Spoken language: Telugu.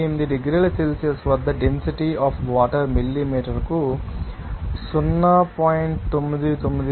8 డిగ్రీల సెల్సియస్ వద్ద డెన్సిటీ అఫ్ వాటర్ మిల్లీలీటర్కు 0